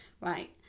right